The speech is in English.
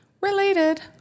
Related